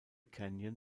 canyon